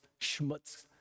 schmutz